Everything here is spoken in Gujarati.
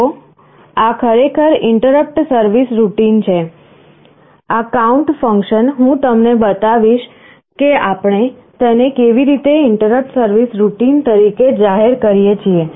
જુઓ આ ખરેખર ઇન્ટરપટ સર્વિસ રૂટિન છે આ કાઉન્ટ ફંકશન હું તમને બતાવીશ કે આપણે તેને કેવી રીતે ઇન્ટરપટ સર્વિસ રૂટિન તરીકે જાહેર કરીએ છીએ